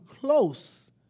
close